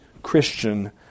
Christian